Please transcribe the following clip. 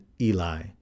Eli